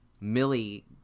Millie